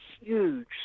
huge